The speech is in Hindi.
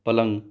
पलंग